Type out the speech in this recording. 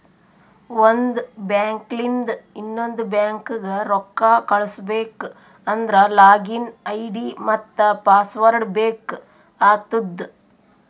ಒಂದ್ ಬ್ಯಾಂಕ್ಲಿಂದ್ ಇನ್ನೊಂದು ಬ್ಯಾಂಕ್ಗ ರೊಕ್ಕಾ ಕಳುಸ್ಬೇಕ್ ಅಂದ್ರ ಲಾಗಿನ್ ಐ.ಡಿ ಮತ್ತ ಪಾಸ್ವರ್ಡ್ ಬೇಕ್ ಆತ್ತುದ್